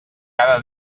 cada